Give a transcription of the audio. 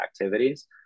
activities